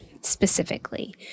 specifically